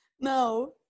No